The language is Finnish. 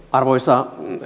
arvoisa